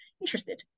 interested